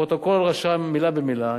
הפרוטוקול רשם מלה במלה,